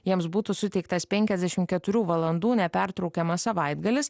jiems būtų suteiktas penkiasdešim keturių valandų nepertraukiamas savaitgalis